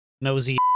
nosy